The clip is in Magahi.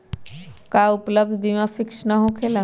का उपलब्ध बीमा फिक्स न होकेला?